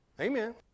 Amen